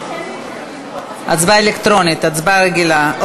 הצבעה אלקטרונית, הצבעה רגילה.